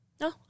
No